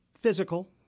physical